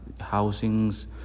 housings